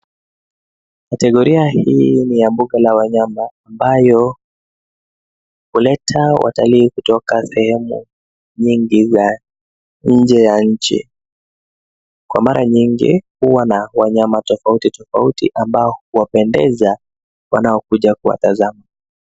Kategoria hii ni ya mbuga la wanyama, ambayo huleta watalii kutoka sehemu nyingi za nchi ya nje. Kwa mara nyingi huwa na wanyama tofauti tofauti, ambao huwapendeza wanaokuja kuwatazama.